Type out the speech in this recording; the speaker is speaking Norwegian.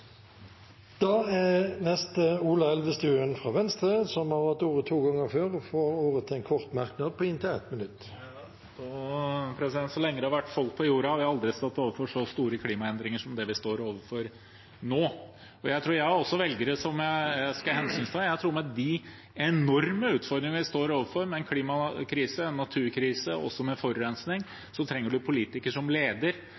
Ola Elvestuen har hatt ordet to ganger tidligere og får ordet til en kort merknad, begrenset til 1 minutt. Så lenge det har vært folk på jorda, har vi aldri før stått overfor så store klimaendringer som det vi står overfor nå. Jeg tror jeg også har velgere som jeg skal hensynta. Jeg tror med de enorme utfordringene vi står overfor, med en klimakrise, med en naturkrise og også med